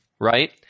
right